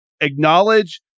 Acknowledge